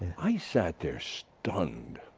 i sat there stunned.